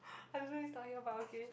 I don't know he's talking about okay